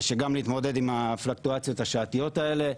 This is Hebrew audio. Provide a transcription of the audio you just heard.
להתמודד עם fluctuations השעתיות האלה,